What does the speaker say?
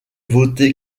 voté